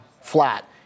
flat